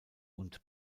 und